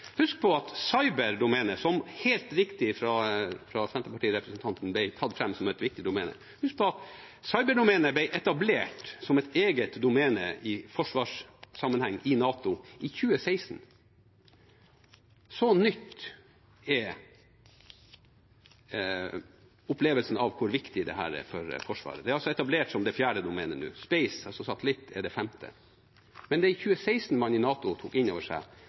Husk på at cyberdomenet, som av Senterparti-representanten helt riktig ble tatt fram som et viktig domene, ble etablert som et eget domene i forsvarssammenheng i NATO i 2016. Så ny er opplevelsen av hvor viktig dette er for Forsvaret. Det er altså etablert som det fjerde domenet nå. Space, altså satellitt, er det femte. Men det var i 2016 man i NATO tok inn over seg